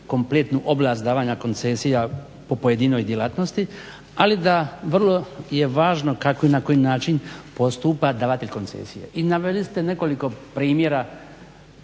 kompletnu oblast davanja koncesija po pojedinoj djelatnosti, ali da vrlo je važno kako i na koji način postupa davatelj koncesije i naveli ste nekoliko primjera